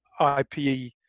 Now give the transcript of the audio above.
IPE